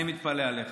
אני מתפלא עליך.